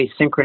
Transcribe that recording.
asynchronous